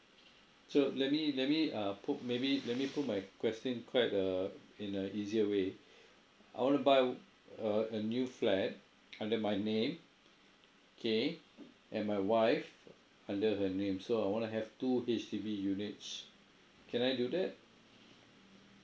so let me let me uh put maybe let me put my question quite uh in a easier way I want to buy a a new flat under my name okay and my wife under her name so I want to have two H_D_B units can I do that